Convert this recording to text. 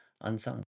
unsung